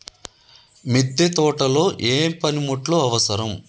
మిద్దె తోటలో ఏ పనిముట్లు అవసరం?